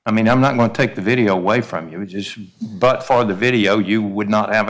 i mean i'm not going to take the video away from you which is but for the video you would not have a